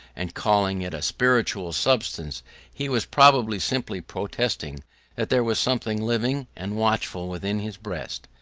and calling it a spiritual substance, he was probably simply protesting that there was something living and watchful within his breast,